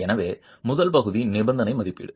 எனவே முதல் பகுதி நிபந்தனை மதிப்பீடு